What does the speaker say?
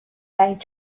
دهید